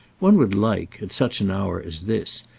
one would like, at such an hour as this,